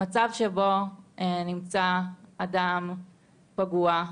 במצב שבו נמצא אדם פגוע,